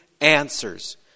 answers